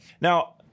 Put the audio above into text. Now